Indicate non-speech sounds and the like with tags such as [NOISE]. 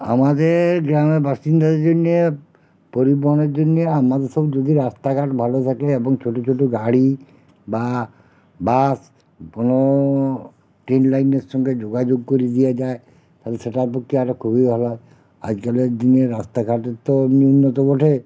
আমাদের গ্রামে বাসিন্দাদের জন্যে পরিবহনের জন্যে আমরা সব যদি রাস্তাঘাট ভালো থাকে এবং ছোটো ছোটো গাড়ি বা বাস কোনো ট্রেন লাইনের সঙ্গে যোগাযোগ করিয়ে দেয়া যায় তাহলে সেটা [UNINTELLIGIBLE] পক্ষে আরও খুবই ভালো হয় আজকালের দিনে রাস্তাঘাটের তো উন্নত বটে